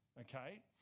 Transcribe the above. okay